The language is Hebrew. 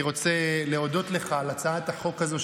אני רוצה להודות לך על הצעת החוק הזו,